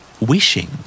Wishing